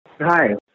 Hi